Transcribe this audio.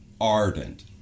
Ardent